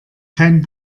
kein